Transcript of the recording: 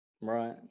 Right